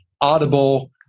Audible